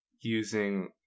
using